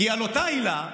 כי על אותה עילה,